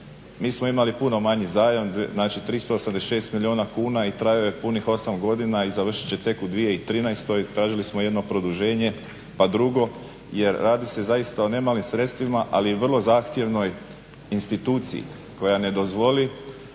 Mi smo imali puno manji zajam, znači 386 milijuna kuna i trajao je punih 8 godina i završit će tek u 2013., tražili smo jedno produženje pa drugo jer radi se zaista o nemalim sredstvima, ali i vrlo zahtjevnoj instituciji koja ne dozvoli